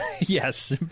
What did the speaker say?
Yes